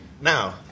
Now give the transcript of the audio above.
Now